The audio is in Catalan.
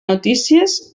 notícies